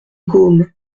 gaume